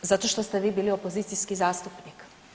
Zato što ste vi bili opozicijski zastupnik.